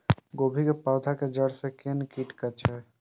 गोभी के पोधा के जड़ से कोन कीट कटे छे?